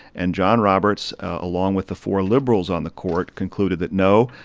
and john roberts, along with the four liberals on the court, concluded that no,